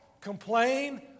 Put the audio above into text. complain